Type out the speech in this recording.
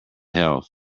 health